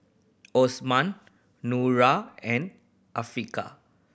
Osman Nura and Afiqah